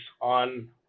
on